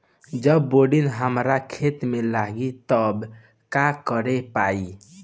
जब बोडिन हमारा खेत मे लागी तब का करे परी?